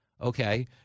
Okay